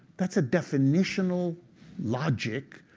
that's a definitional logic,